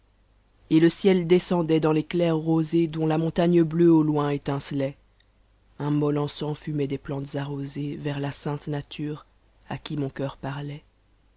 et iciei descendait dans les claires rosées dont la montagne bleue au loin étincelait un mol encens fumait des plantes arrosées vers la sainte nature à qui mon cœur parlait